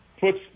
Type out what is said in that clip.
puts